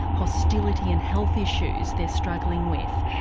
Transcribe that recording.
hostility and health issues they're struggling with.